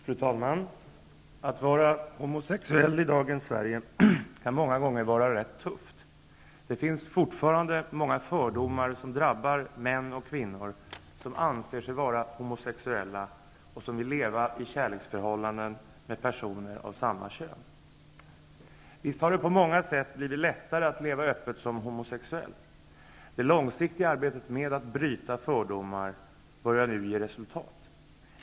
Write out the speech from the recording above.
Fru talman! Att vara homosexuell i dagens Sverige kan många gånger vara rätt tufft. Det finns fortfarande många fördomar som drabbar män och kvinnor som anser sig vara homosexuella och som vill leva i kärleksförhållanden med personer av samma kön. Visst har det på många sätt blivit lättare att leva öppet som homosexuell. Det långsiktiga arbetet med att bryta fördomar börjar nu ge resultat.